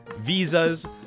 visas